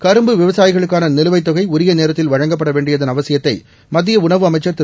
கரும்பு விவசாயிகளுக்கான நிலுவைத்தொகை உரிய நேரத்தில் வழங்கப்பட வேண்டியதன் அவசியத்தை மத்திய உணவு அமைச்சா் திரு